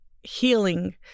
healing